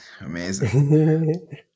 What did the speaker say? amazing